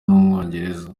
w’umwongereza